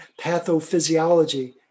pathophysiology